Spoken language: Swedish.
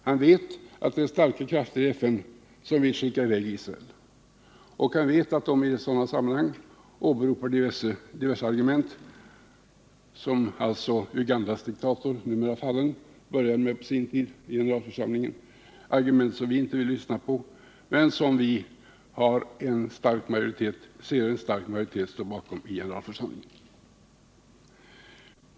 Han vet att starka krafter i FN vill skicka iväg Israel, och han vet att de i sådana sammanhang åberopar diverse argument som Ugandas diktator, numera fallen, började med på sin tid i generalförsamlingen — argument som vi inte vill lyssna på men som vi ser en stark majoritet stå bakom i generalförsamlingen.